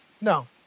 No